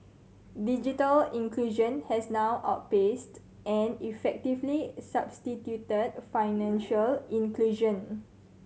digital inclusion has now outpaced and effectively substituted financial inclusion